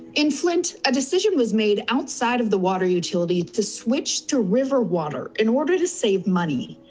in flint, a decision was made outside of the water utility to switch to river water in order to save money.